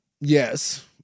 Yes